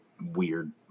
weird